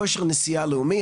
כושר נשיאה לאומי,